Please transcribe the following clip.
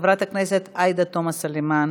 חברת הכנסת עאידה תומא סלימאן,